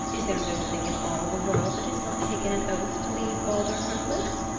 is there no thing in all the world that has not taken an oath to leave baldur hurtless?